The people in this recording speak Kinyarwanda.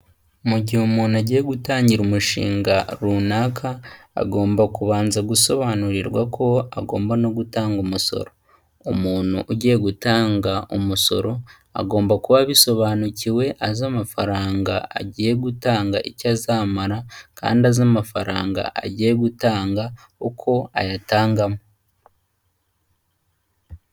Mu gihe umuntu agiye gutangira umushinga runaka, agomba kubanza gusobanurirwa ko agomba no gutanga umusoro, umuntu ugiye gutanga umusoro agomba kuba abisobanukiwe azi amafaranga agiye gutanga icyo azamara kandi azi amafaranga agiye gutanga uko ayatangamo.